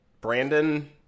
Brandon